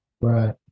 right